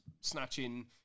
snatching